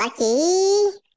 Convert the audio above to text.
Lucky